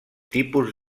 tipus